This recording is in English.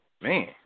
man